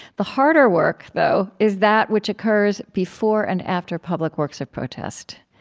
the harder work, though, is that which occurs before and after public works of protest.